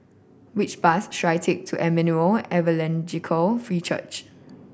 which bus should I take to Emmanuel Evangelical Free Church